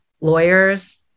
lawyers